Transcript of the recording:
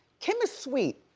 kim is sweet.